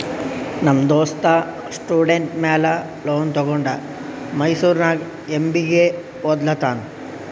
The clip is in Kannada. ನಮ್ ದೋಸ್ತ ಸ್ಟೂಡೆಂಟ್ ಮ್ಯಾಲ ಲೋನ್ ತಗೊಂಡ ಮೈಸೂರ್ನಾಗ್ ಎಂ.ಬಿ.ಎ ಒದ್ಲತಾನ್